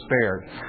spared